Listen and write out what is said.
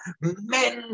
men